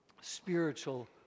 spiritual